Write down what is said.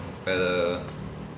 whether